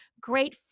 great